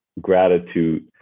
gratitude